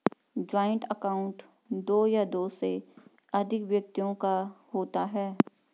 joint account दो या दो से अधिक व्यक्तियों का होता है